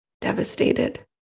devastated